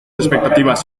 expectativas